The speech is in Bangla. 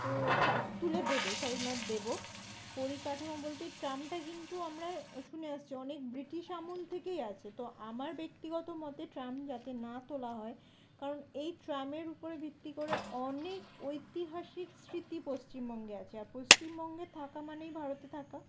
তো তার তুলে দেবে সরি নট দেব পরিকাঠামো বলতে এই ট্রামটা কিন্তু আমরা শুনে আসছি অনেক ব্রিটিশ আমল থেকেই আছে তো আমার ব্যক্তিগত মতে ট্রাম যাতে না তোলা হয় কারণ এই ট্রামের উপরে ভিত্তি করে অনেক ঐতিহাসিক স্মৃতি পশ্চিমবঙ্গে আছে আর পশ্চিমবঙ্গে থাকা মানেই ভারতে থাকা